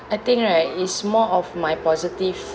I think right is more of my positive